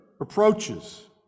approaches